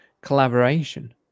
collaboration